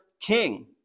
king